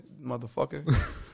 Motherfucker